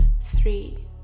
three